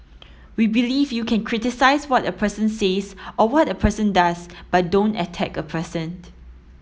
we believe you can criticise what a person says or what a person does but don't attack a person